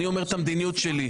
אני אומר את המדיניות שלי.